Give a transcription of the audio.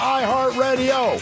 iHeartRadio